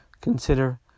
consider